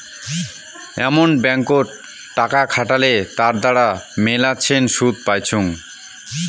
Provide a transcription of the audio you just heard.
এমন ব্যাঙ্কত টাকা খাটালে তার দ্বারা মেলাছেন শুধ পাইচুঙ